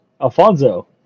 Alfonso